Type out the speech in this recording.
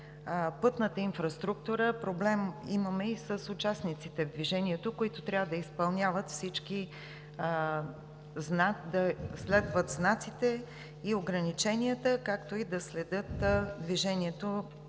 пътната инфраструктура, проблем имаме и с участниците в движението, които трябва да следват знаците и ограниченията, както и да следят движението